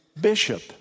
bishop